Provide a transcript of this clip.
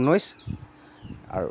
ঊনৈছ আৰু